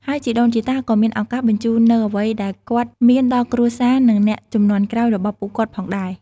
ហើយជីដូនជីតាក៏មានឱកាសបញ្ជូននូវអ្វីដែលគាត់មានដល់គ្រួសារនិងអ្នកជំនាន់ក្រោយរបស់ពួកគាត់ផងដែរ។